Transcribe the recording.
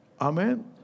Amen